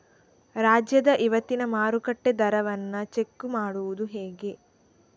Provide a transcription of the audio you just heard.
ರಾಜ್ಯದ ಇವತ್ತಿನ ಮಾರುಕಟ್ಟೆ ದರವನ್ನ ಚೆಕ್ ಮಾಡುವುದು ಹೇಗೆ?